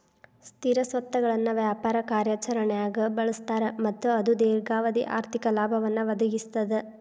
ಸ್ಥಿರ ಸ್ವತ್ತುಗಳನ್ನ ವ್ಯಾಪಾರ ಕಾರ್ಯಾಚರಣ್ಯಾಗ್ ಬಳಸ್ತಾರ ಮತ್ತ ಅದು ದೇರ್ಘಾವಧಿ ಆರ್ಥಿಕ ಲಾಭವನ್ನ ಒದಗಿಸ್ತದ